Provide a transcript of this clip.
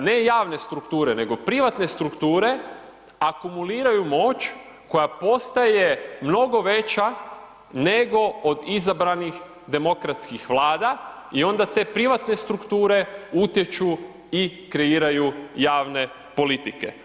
ne javne strukture nego privatne strukture, akumuliraju moć koja postaje mnogo veća nego od izabranih demokratskih Vlada i onda te privatne strukture utječu i kreiraju javne politike.